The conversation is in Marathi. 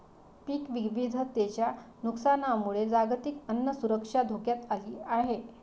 पीक विविधतेच्या नुकसानामुळे जागतिक अन्न सुरक्षा धोक्यात आली आहे